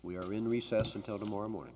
we are in recess until to morrow morning